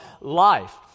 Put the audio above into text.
life